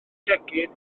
gegin